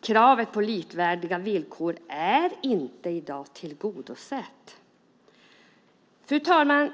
Kravet på likvärdiga villkor är inte tillgodosett i dag. Fru talman!